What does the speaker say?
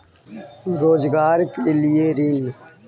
रोजगार के लिए ऋण?